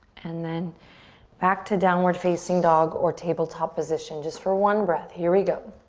and then back to downward facing dog or tabletop position just for one breath. here we go.